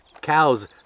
cows